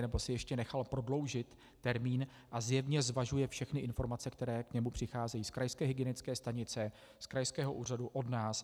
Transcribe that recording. nebo si ještě nechal prodloužit termín a zjevně zvažuje všechny informace, které k němu přicházejí z krajské hygienické stanice, z krajského úřadu, od nás.